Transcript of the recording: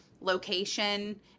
location